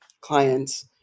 clients